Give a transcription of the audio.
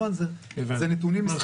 אלו נתונים --- כלומר,